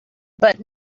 but